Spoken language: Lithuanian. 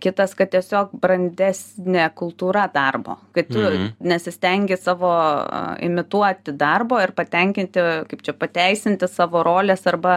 kitas kad tiesiog brandesnė kultūra darbo kai tu nesistengi savo imituoti darbo ir patenkinti kaip čia pateisinti savo rolės arba